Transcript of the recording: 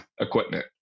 equipment